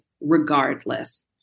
regardless